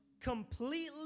completely